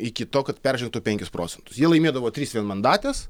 iki to kad peržengtų penkis procentus jie laimėdavo tris vienmandates